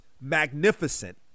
magnificent